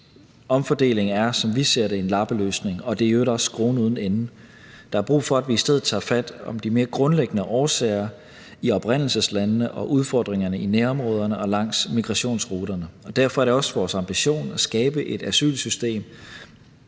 Omfordeling er, som vi ser det, en lappeløsning, og det er i øvrigt også skruen uden ende. Der er brug for, at vi i stedet tager fat om de mere grundlæggende årsager i oprindelseslandene og udfordringerne i nærområderne og langs migrationsruterne. Derfor er det også vores ambition at skabe et asylsystem,